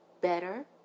better